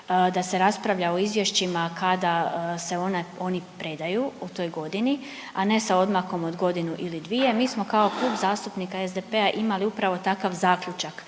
da se raspravlja o izvješćima kada se oni predaju u toj godini, a ne sa odmakom od godinu ili dvije. Mi smo kao Klub zastupnika SDP-a imali upravo takav zaključak